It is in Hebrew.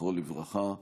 זכרו לברכה.